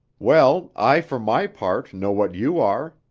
well, i for my part know what you are,